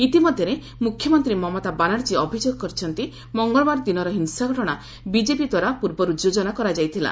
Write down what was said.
ଇତିମଧ୍ୟରେ ମୁଖ୍ୟମନ୍ତ୍ରୀ ମମତା ବାନାର୍ଜୀ ଅଭିଯୋଗ କରିଛନ୍ତି ମଙ୍ଗଳବାର ଦିନର ହିଂସାଘଟଣା ବିଜେପି ଦ୍ୱାରା ଆୟୋଜିତ ହୋଇଥିଲା